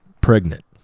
pregnant